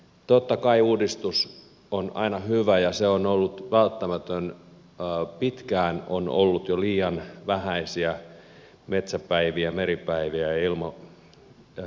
totta kai uudistus on aina hyvä ja se on ollut välttämätön pitkään on ollut jo liian vähäisiä metsäpäiviä meripäiviä ilmassa oloa eri haaroilla